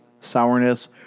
sourness